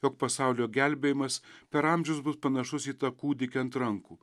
jog pasaulio gelbėjimas per amžius bus panašus į tą kūdikį ant rankų